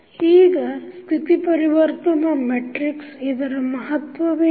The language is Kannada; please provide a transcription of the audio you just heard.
ಈಗ ಸ್ಥಿತಿ ಪರಿವರ್ತನಾ ಮೆಟ್ರಿಕ್ಸ್ ಇದರ ಮಹತ್ವವೇನು